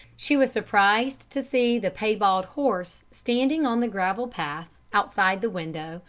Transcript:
she was surprised to see the piebald horse standing on the gravel path, outside the window,